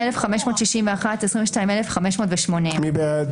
22,581 עד 22,600. מי בעד?